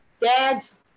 dad's